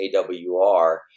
AWR